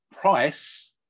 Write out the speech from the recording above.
price